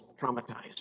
traumatized